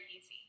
easy